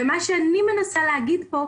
אבל מה שאני מנסה להגיד זה: